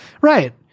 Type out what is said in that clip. Right